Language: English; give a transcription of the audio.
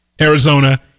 Arizona